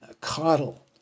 coddle